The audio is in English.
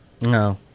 No